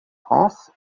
france